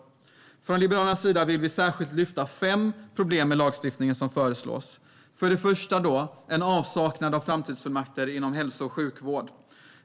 Från Liberalernas sida vill vi särskilt lyfta fram fem problem med den lagstiftning som föreslås. För det första finns det en avsaknad av framtidsfullmakter inom hälso och sjukvård.